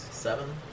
seven